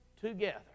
together